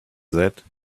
that